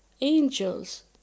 angels